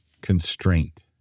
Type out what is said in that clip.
constraint